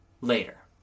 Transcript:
later